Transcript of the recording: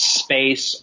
space